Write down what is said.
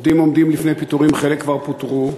עובדים עומדים לפני פיטורים, חלק כבר פוטרו,